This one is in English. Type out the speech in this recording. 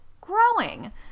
growing